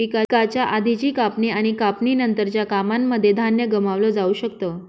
पिकाच्या आधीची कापणी आणि कापणी नंतरच्या कामांनमध्ये धान्य गमावलं जाऊ शकत